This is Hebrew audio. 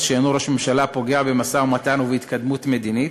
שאינו ראש ממשלה פוגע במשא-ומתן ובהתקדמות מדינית.